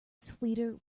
sweeter